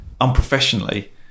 unprofessionally